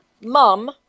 mom